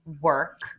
work